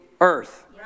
earth